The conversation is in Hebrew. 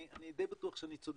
אני די בטוח שאני צודק,